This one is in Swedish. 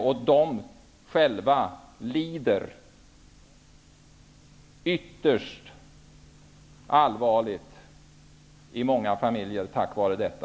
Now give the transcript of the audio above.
Många familjer lider ytterst allvarligt på grund av detta.